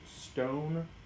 stone